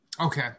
Okay